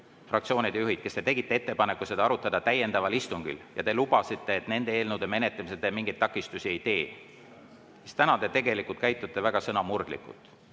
fraktsioonide juhid, tegite ettepaneku seda arutada täiendaval istungil ja lubasite, et nende eelnõude menetlemisel te mingeid takistusi ei tee, te tegelikult käitute väga sõnamurdlikult.